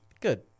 Good